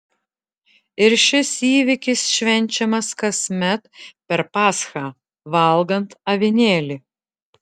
ir šis įvykis švenčiamas kasmet per paschą valgant avinėlį